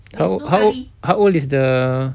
how how how old is the